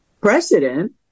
precedent